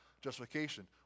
justification